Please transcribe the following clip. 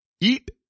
eat